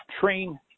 train